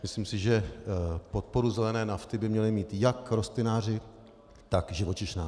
Myslím si, že podporu zelené nafty by měli mít jak rostlináři, tak živočicháři.